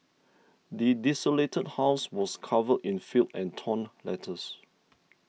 the desolated house was covered in filth and torn letters